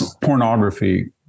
pornography